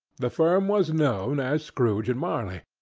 the firm was known as scrooge and marley.